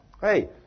Hey